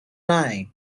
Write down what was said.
night